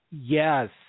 Yes